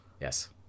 yes